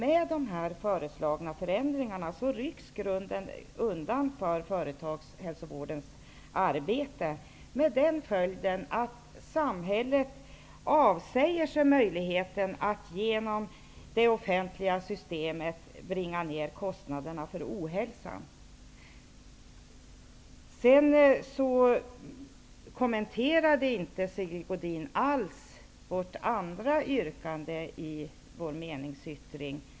Med de föreslagna förändringarna rycks grunden undan för företagshälsovårdens arbete. Samhället avsäger sig då möjligheten att med hjälp av det offentliga systemet bringa ned kostnaderna för ohälsa. Sigge Godin kommenterade över huvud taget inte vårt andra yrkande i vår meningsyttring.